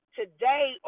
today